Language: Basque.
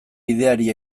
bideari